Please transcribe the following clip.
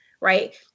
Right